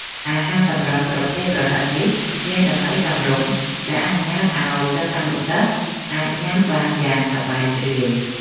អាហារសម្រន់ប្រភេទប្រហិតនេះមានតម្លៃសមរម្យដែលអនុញ្ញាតឱ្យសិស្សានុសិស្សអាចញ៉ាំបានយ៉ាងសប្បាយរីករាយ។